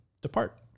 depart